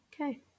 okay